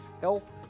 health